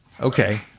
Okay